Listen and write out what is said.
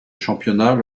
championnat